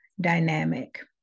dynamic